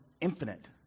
infinite